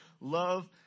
love